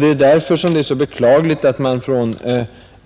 Det är därför som det är så beklagligt att